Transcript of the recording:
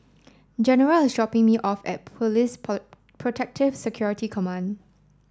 General is dropping me off at Police Protective Security Command